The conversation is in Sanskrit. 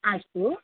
अस्तु